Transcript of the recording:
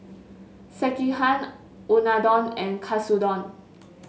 Sekihan Unadon and Katsudon